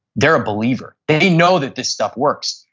they're a believer. they know that this stuff works.